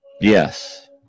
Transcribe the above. Yes